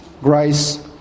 grace